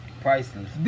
priceless